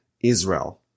Israel